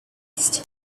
passed